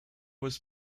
was